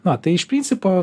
na tai iš principo